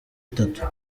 itatu